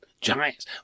Giants